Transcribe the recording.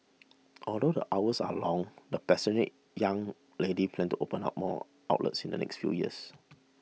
although the hours are long the passionate young lady plans to open up more outlets in the next few years